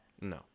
No